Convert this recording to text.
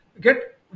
get